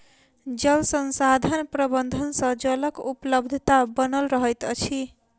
जल संसाधन प्रबंधन सँ जलक उपलब्धता बनल रहैत अछि